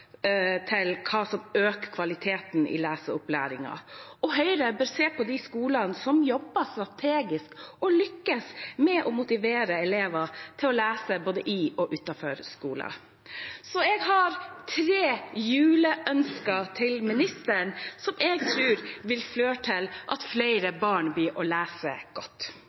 hva som øker kvaliteten i leseopplæringen. Høyre bør se på de skolene som jobber strategisk, og som lykkes med å motivere elever til å lese både i og utenfor skolen. Så jeg har tre juleønsker til ministeren som jeg tror vil føre til at flere barn kommer til å lese godt.